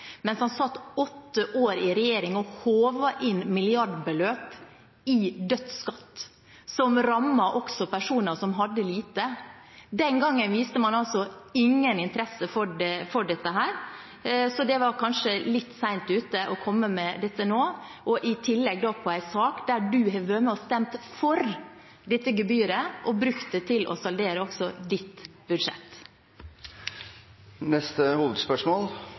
mens han satt åtte år i regjering og hovet inn milliardbeløp i dødsskatt, som også rammet personer som hadde lite. Den gangen viste man ingen interesse for dette. Så det er kanskje litt sent å komme med dette nå – og i tillegg i en sak der du har vært med og stemt for dette gebyret, og brukt det til å saldere også ditt budsjett. Vi går videre til neste hovedspørsmål.